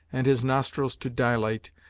and his nostrils to dilate,